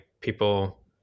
people